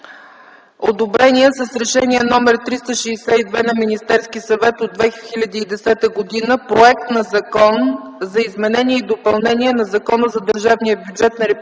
одобреният с Решение № 362 на Министерския съвет от 2010 г. проект на Закон за изменение и допълнение на Закона за